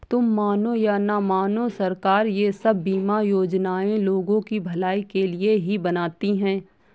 तुम मानो या न मानो, सरकार ये सब बीमा योजनाएं लोगों की भलाई के लिए ही बनाती है